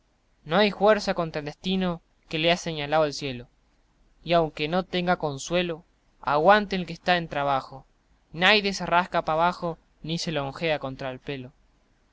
no hay juerza contra el destino que le ha señalao el cielo y aunque no tenga consuelo aguante el que está en trabajo nadies se rasca pa abajo ni se lonjea contra el pelo